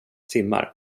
timmar